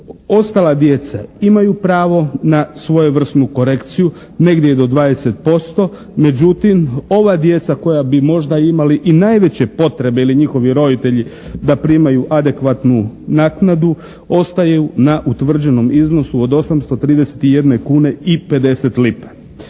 ostala djeca imaju pravo na svojevrsnu korekciju negdje i do 20%. Međutim, ova djeca koja bi možda imali i najveće potrebe ili njihovi roditelji da primaju adekvatnu naknadu ostaju na utvrđenom iznosu od 831 kune i 50 lipa.